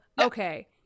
okay